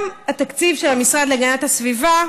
גם התקציב של המשרד להגנת הסביבה